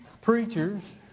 preachers